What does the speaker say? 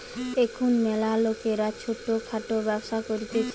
এখুন ম্যালা লোকরা ছোট খাটো ব্যবসা করতিছে